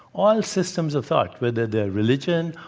all systems of thought, whether they're religion,